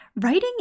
writing